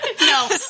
No